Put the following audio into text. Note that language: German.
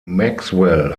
maxwell